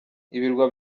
ibirwa